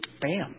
Bam